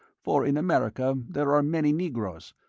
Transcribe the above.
for in america there are many negroes,